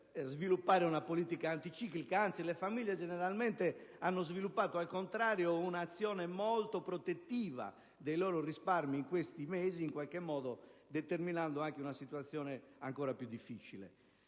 sviluppare una politica anticiclica. Anzi, le famiglie generalmente hanno sviluppato al contrario un'azione molto protettiva dei loro risparmi in questi mesi, in qualche modo determinando una situazione ancora più difficile.